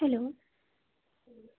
hello